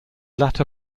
latter